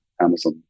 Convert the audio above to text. Amazon